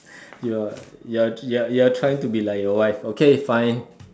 you are you are you are trying to be like your wife okay fine